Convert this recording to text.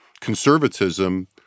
conservatism